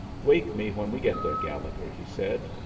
wake me when we get there, gallegher, he said.